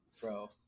Bro